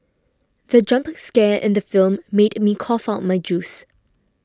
the jump scare in the film made me cough out my juice